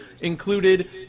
Included